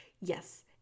Yes